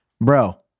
Bro